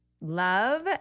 love